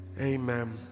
amen